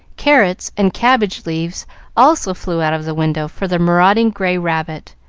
carrots and cabbage-leaves also flew out of the window for the marauding gray rabbit,